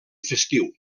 festiu